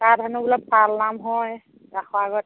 তাত হেনো বোলে পালনাম হয় ৰাসৰ আগত